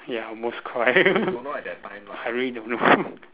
ya most correct I really don't know